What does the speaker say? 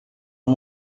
uma